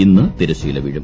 ഇന്ന് തിരശ്ശീല വീഴും